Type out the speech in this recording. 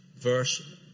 verse